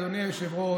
אדוני היושב-ראש,